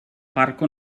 parco